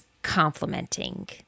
complimenting